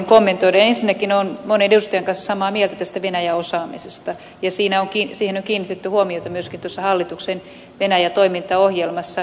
ensinnäkin olen monen edustajan kanssa samaa mieltä tästä venäjä osaamisesta ja siihen on kiinnitetty huomiota myöskin hallituksen venäjä toimintaohjelmassa